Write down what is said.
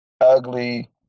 ugly